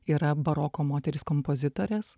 yra baroko moteris kompozitorės